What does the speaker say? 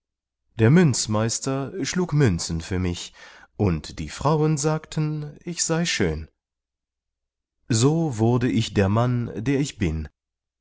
der münzmeister schlug münzen für mich und die frauen sagten ich sei schön so wurde ich der mann der ich bin